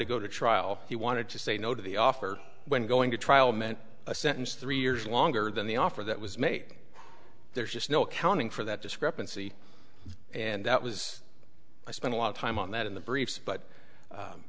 to go to trial he wanted to say no to the offer when going to trial meant a sentence three years longer than the offer that was made there's just no accounting for that discrepancy and that was i spent a lot of time on that in the briefs but